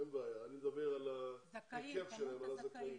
אין בעיה, אני מדבר על ההיקף של הזכאים,